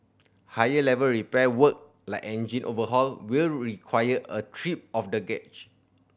higher level repair work like engine overhaul will require a trip of the